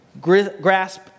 grasp